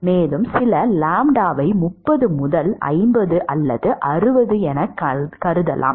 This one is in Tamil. மேலும் சில லாம்ப்டாவை 30 முதல் 50 அல்லது 60 எனக் கருதலாம்